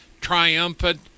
triumphant